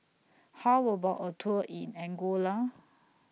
How about A Tour in Angola